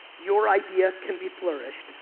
your idea can be flourished.